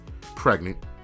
pregnant